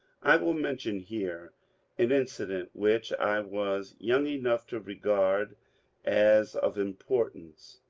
i will mention here an incident which i was young enough to regard as of importance.